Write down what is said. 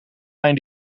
mijn